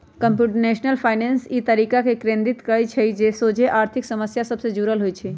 computational finance इ तरीका पर केन्द्रित करइ छइ जे सोझे आर्थिक समस्या सभ से जुड़ल होइ छइ